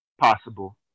possible